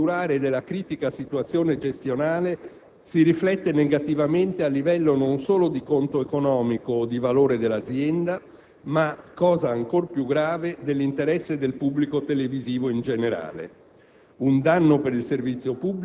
nella consapevolezza che il perdurare della critica situazione gestionale si riflette negativamente a livello non solo di conto economico o di valore dell'azienda, ma - cosa ancor più grave - dell'interesse del pubblico televisivo in generale: